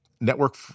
network